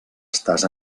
estàs